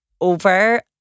over